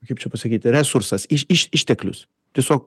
kaip čia pasakyt resursas iš iš išteklius tiesiog